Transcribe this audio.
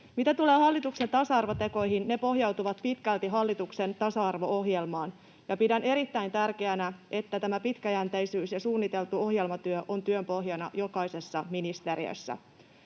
Mitä tulee hallituksen tasa-arvotekoihin, ne pohjautuvat pitkälti hallituksen tasa-arvo-ohjelmaan, ja pidän erittäin tärkeänä, että tämä pitkäjänteisyys ja suunniteltu ohjelmatyö ovat työn pohjana jokaisessa ministeriössä.